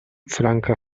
franka